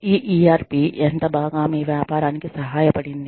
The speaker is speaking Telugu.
ఈ ERP ఎంత బాగా మీ వ్యాపారానికి సహాయపడింది